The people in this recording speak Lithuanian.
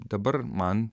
dabar man